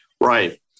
right